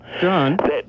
John